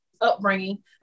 upbringing